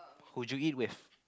would you eat with